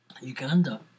Uganda